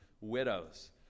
widows